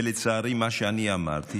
ולצערי, מה שאני אמרתי